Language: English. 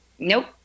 Nope